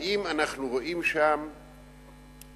האם אנחנו רואים שם תוכניות,